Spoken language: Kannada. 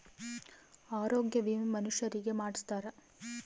ಆರೊಗ್ಯ ವಿಮೆ ಮನುಷರಿಗೇ ಮಾಡ್ಸ್ತಾರ